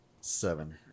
Seven